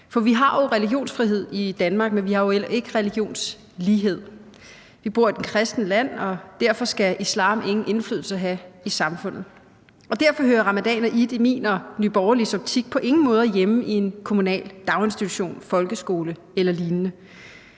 for vi har religionsfrihed i Danmark, men vi har jo ikke religionslighed. Vi bor i et kristent land, og derfor skal islam ingen indflydelse have i samfundet. Og derfor hører ramadan og eid i min og Nye Borgerliges optik på ingen måder hjemme i en kommunal daginstitution, folkeskole eller lignende.